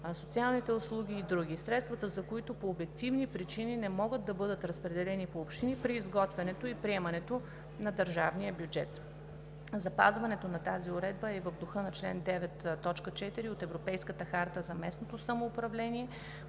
социалните услуги и други, средствата за които по обективни причини не могат да бъдат разпределени по общини при изготвянето и приемането на държавния бюджет. Запазването на тази уредба е и в духа на чл. 9, т. 4 от Европейската харта за местното самоуправление,